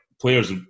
players